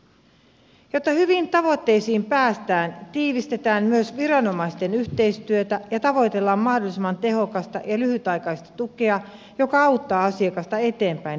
jotta hyviin tavoitteisiin päästään tiivistetään myös viranomaisten yhteistyötä ja tavoitellaan mahdollisimman tehokasta ja lyhytaikaista tukea joka auttaa asiakasta eteenpäin elämässään